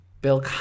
Bill